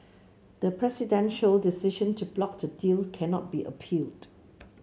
the presidential decision to block the deal can not be appealed